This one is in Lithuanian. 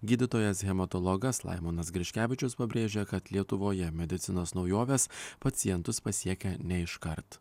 gydytojas hematologas laimonas griškevičius pabrėžia kad lietuvoje medicinos naujovės pacientus pasiekia ne iškart